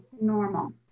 normal